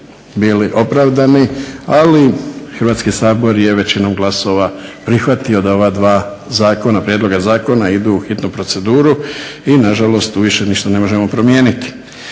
bili opravdani ali Hrvatski sabor je većinom glasova prihvatio da ova dva prijedloga zakona idu u hitnu proceduru i nažalost tu više ništa ne možemo promijeniti.